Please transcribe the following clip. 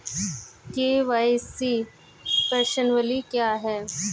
KYC प्रश्नावली क्या है?